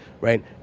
right